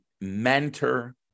mentor